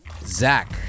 Zach